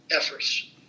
efforts